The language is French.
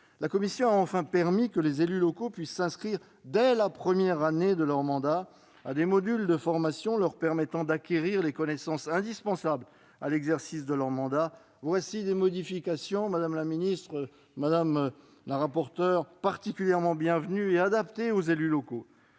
La commission a enfin permis que les élus locaux puissent s'inscrire, dès la première année de leur mandat, à des modules de formation leur permettant d'acquérir les connaissances indispensables à l'exercice de leur mandat. Ces modifications, madame la ministre, madame le rapporteur, sont particulièrement bienvenues et adaptées à la